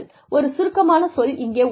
ஒரு சுருக்கமான சொல் இங்கே உள்ளது